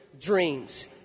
dreams